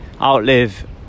outlive